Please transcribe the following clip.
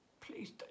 Please